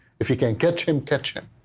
if you can catch him, catch him.